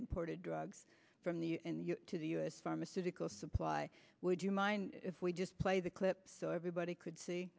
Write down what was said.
imported drugs from the to the u s pharmaceutical supply would you mind if we just play the clip so everybody could see